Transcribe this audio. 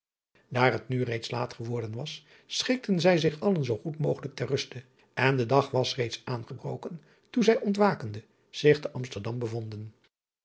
aar het nu reeds laat geworden was schikten zij zich allen zoo goed mogelijk ter ruste en de dag was reeds aangebroken toen zij ontwakende zich te msterdam bevonden